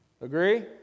Agree